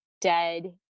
dead